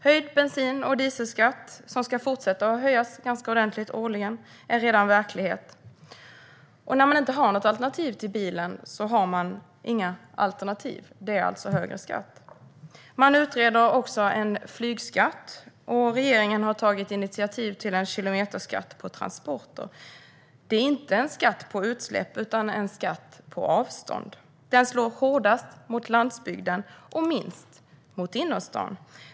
Höjd bensin och dieselskatt, som ska fortsätta att höjas ganska ordentligt årligen, är redan verklighet. När man inte har något alternativ till bilen har man inga alternativ: Det blir högre skatt. Även en flygskatt utreds, och regeringen har tagit initiativ till en kilometerskatt på transporter. Det är inte en skatt på utsläpp utan en skatt på avstånd. Den slår hårdast mot landsbygden och minst mot innerstaden.